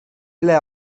ble